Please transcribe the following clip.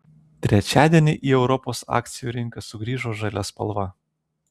trečiadienį į europos akcijų rinką sugrįžo žalia spalva